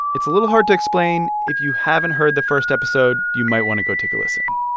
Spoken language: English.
it's a little hard to explain. if you haven't heard the first episode, you might want to go take a listen.